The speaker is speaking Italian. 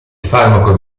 farmaco